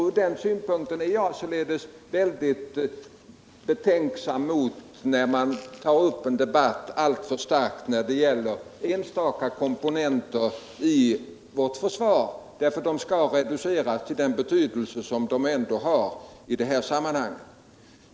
Från den synpunkten är jag således väldigt betänksam mot att ta upp en alltför stark debatt om enstaka tekniska komponenter i vårt försvar. De skall reduceras till den betydelse de ändå har i detta sammanhang.